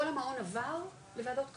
כל המעון עבר לוועדות קבלה,